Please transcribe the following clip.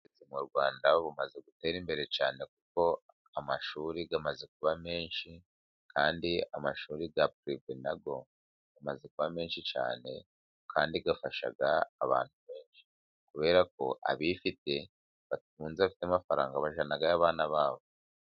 Uburezi mu Rwanda bumaze gutera imbere cyane ,kuko amashuri amaze kuba menshi ,kandi amashuri ya pirive nayo amaze kuba menshi cyane ,kandi afasha abantu benshi kubera ko abifite batunze bafite amafaranga bajyanayo abana babo.